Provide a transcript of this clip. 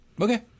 okay